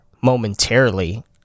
momentarily